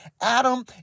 Adam